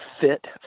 fit